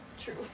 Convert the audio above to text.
True